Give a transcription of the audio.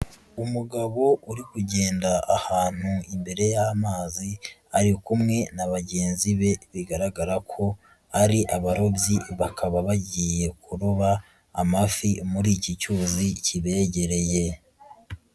Umugabo uri kugenda ahantu imbere y'amazi ari kumwe na bagenzi be bigaragara ko ari abarobyi bakaba bagiye kuroba amafi muri iki cyuzi kibegereye.